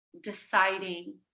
deciding